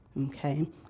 okay